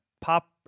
pop